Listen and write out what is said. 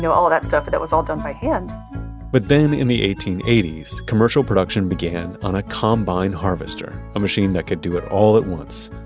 all of that stuff, that was all done by hand but then, in the eighteen eighty s, commercial production began on a combine harvester, a machine that could do it all at once.